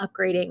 upgrading